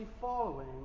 following